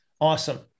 Awesome